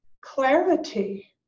clarity